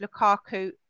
Lukaku